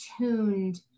tuned